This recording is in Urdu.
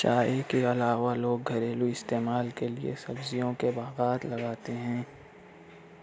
چائے کے علاوہ لوگ گھریلو استعمال کے لیے سبزیوں کے باغات لگاتے ہیں